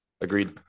Agreed